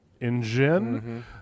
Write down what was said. engine